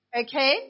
Okay